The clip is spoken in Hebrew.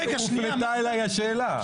היושב-ראש,